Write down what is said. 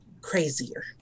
crazier